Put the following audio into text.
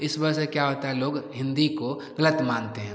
इस वजह से क्या होता है लोग हिन्दी को ग़लत मानते हैं